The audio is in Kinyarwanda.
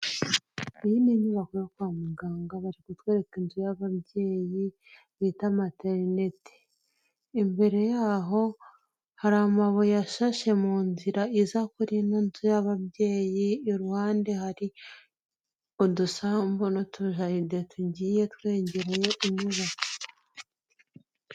Iyi niyo inyubako yo kwa muganga bari kutwereka inzu y'ababyeyi bita materinite, imbere yaho hari amabuye ashashe mu nzira iza kuri ino nzu y'ababyeyi, iruhande hari udusambu n'utujaride tugiye twengeraye inyubako.